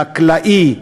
חקלאי,